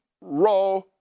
raw